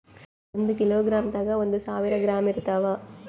ಒಂದ್ ಕಿಲೋಗ್ರಾಂದಾಗ ಒಂದು ಸಾವಿರ ಗ್ರಾಂ ಇರತಾವ